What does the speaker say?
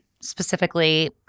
specifically